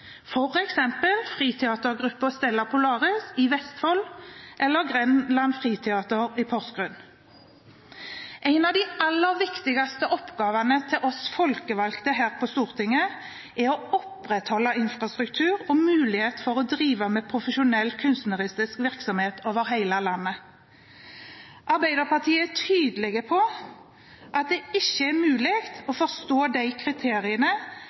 f.eks. friteatergruppene Stella Polaris i Vestfold og Grenland Friteater i Porsgrunn. En av de aller viktigste oppgavene for oss folkevalgte her på Stortinget er å opprettholde infrastruktur og mulighet for å drive med profesjonell kunstnerisk virksomhet over hele landet. Arbeiderpartiet er tydelig på at det ikke er mulig å forstå kriteriene